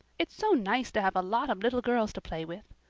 it's so nice to have a lot of little girls to play with.